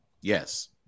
Yes